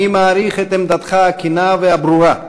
אני מעריך את עמדתך הכנה והברורה.